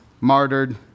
martyred